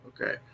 Okay